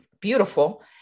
beautiful